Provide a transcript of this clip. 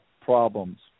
problems